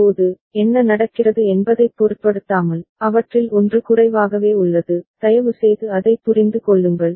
இப்போது என்ன நடக்கிறது என்பதைப் பொருட்படுத்தாமல் அவற்றில் ஒன்று குறைவாகவே உள்ளது தயவுசெய்து அதைப் புரிந்து கொள்ளுங்கள்